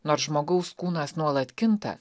nors žmogaus kūnas nuolat kinta